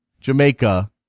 Jamaica